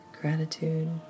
gratitude